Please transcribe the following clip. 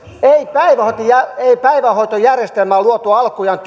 ei päivähoitojärjestelmää luotu alkujaan